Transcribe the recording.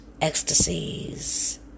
ecstasies